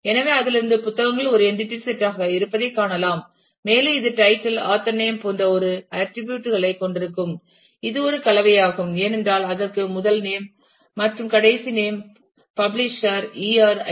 எனவே அதிலிருந்து புத்தகங்கள் ஒரு என்டிடி செட் ஆக இருப்பதைக் காணலாம் மேலும் இது டைட்டில் ஆத்தர் நேம் போன்ற ஒரு ஆட்டிரிபியூட் களைக் கொண்டிருக்கும் இது ஒரு கலவையாகும் ஏனென்றால் அதற்கு முதல் நேம் மற்றும் கடைசி நேம் பப்ளிஷேர் இயர் ஐ